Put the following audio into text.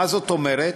מה זאת אומרת?